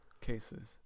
Cases